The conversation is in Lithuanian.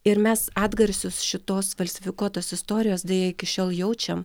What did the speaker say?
ir mes atgarsius šitos falsifikuotos istorijos deja iki šiol jaučiam